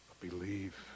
Believe